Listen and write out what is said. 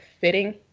fitting